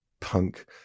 punk